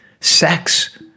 sex